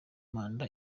manda